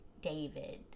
David